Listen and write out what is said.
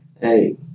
hey